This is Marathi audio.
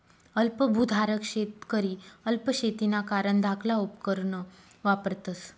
अल्प भुधारक शेतकरी अल्प शेतीना कारण धाकला उपकरणं वापरतस